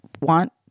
want